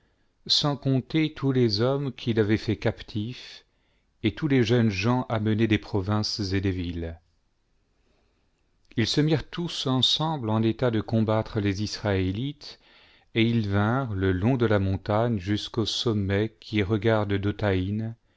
sans compter tous les hommes qu'ilavait faits captifs et tous les jeunes gens amenés des provinces et des villes ils se mirent tous ensemble en ét it de combattre les israélites et ils vinrent le long de la montagne jusqu'au sommet qui regarde